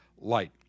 light